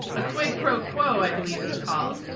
a quid pro quo, i believe it's called.